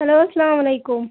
hello اسلام علیکُم